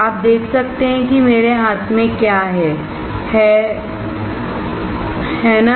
आप देख सकते हैं कि मेरे हाथ में क्या है है ना